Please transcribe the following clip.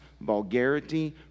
vulgarity